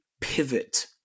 pivot